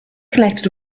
connected